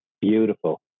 beautiful